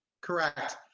Correct